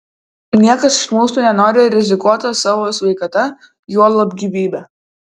niekas iš mūsų nenori rizikuota savo sveikata o juolab gyvybe